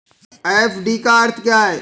FD का अर्थ क्या है?